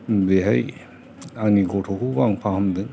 बेहाय आंनि गथ'खौबो आं फाहामदों